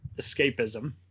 escapism